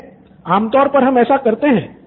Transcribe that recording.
student 6 आमतौर पर हम ऐसा करते हैं